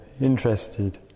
interested